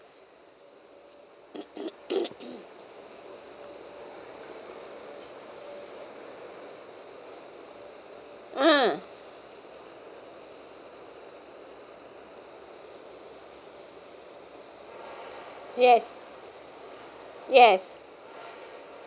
uh yes yes